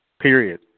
period